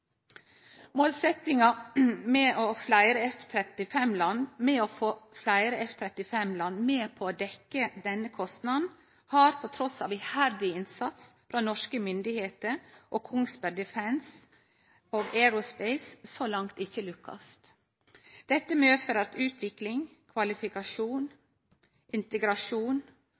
Målsetjinga med å få fleire F-35-land med på å dekkje denne kostnaden, har, trass iherdig innsats frå norske styresmakter og Kongsberg Defence & Aerospace, så langt ikkje lykkast. Dette medfører at utvikling, kvalifikasjon, integrasjon